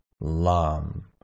LAM